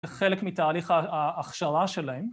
‫זה חלק מתהליך ההכשרה שלהם.